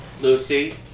Lucy